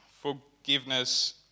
forgiveness